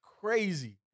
crazy